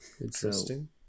Interesting